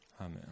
Amen